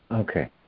Okay